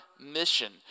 Mission